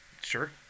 Sure